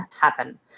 happen